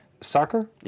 soccer